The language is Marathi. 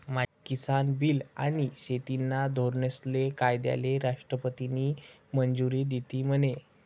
किसान बील आनी शेतीना धोरनेस्ले कायदाले राष्ट्रपतीनी मंजुरी दिधी म्हने?